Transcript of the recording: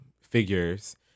figures